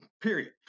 period